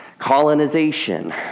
colonization